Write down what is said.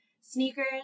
sneakers